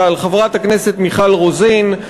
הכנסת קארין אלהרר,